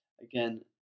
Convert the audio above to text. Again